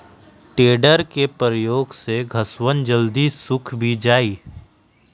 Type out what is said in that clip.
tedder के प्रयोग से घसवन जल्दी सूख भी जाहई